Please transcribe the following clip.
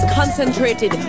concentrated